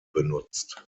benutzt